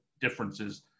differences